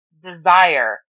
desire